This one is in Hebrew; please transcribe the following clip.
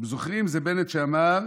אתם זוכרים, זה בנט, שאמר